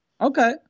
Okay